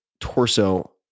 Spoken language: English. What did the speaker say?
torso